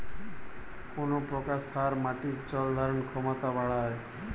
কোন প্রকার সার মাটির জল ধারণ ক্ষমতা বাড়ায়?